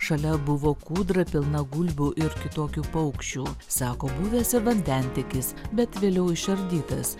šalia buvo kūdra pilna gulbių ir kitokių paukščių sako buvęs ir vandentiekis bet vėliau išardytas